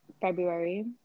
February